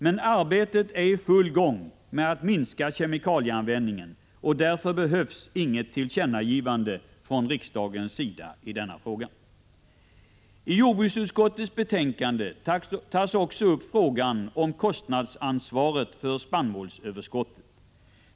Men arbetet är i full gång med att minska kemikalieanvändningen, och därför behövs inget tillkännagivande från riksdagens sida i denna fråga. I jordbruksutskottets betänkande tas också upp frågan om kostnadsansvaret för spannmålsöverskottet.